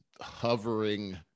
hovering